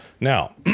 Now